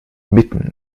mitten